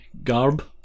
garb